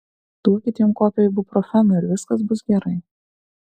duokit jam kokio ibuprofeno ir viskas bus gerai